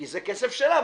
כי זה כסף שלה,